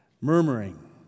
Murmuring